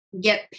get